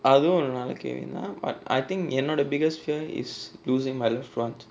அதுவும் ஒரு நல்ல கேள்விதான்:athuvum oru nalla kelvithaan but I think என்னோட:ennoda biggest fear is losing my loved ones